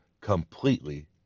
completely